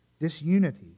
Disunity